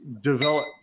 develop